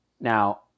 Now